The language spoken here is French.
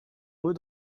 mots